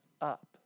up